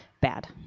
bad